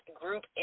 group